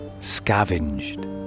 scavenged